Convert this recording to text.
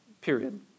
period